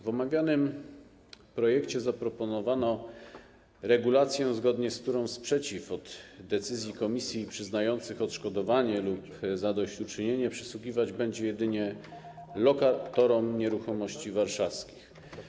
W omawianym projekcie zaproponowano regulację, zgodnie z którą sprzeciw wobec decyzji komisji przyznających odszkodowanie lub zadośćuczynienie przysługiwać będzie jedynie lokatorom nieruchomości warszawskich.